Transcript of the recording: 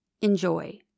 Enjoy